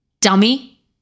Dummy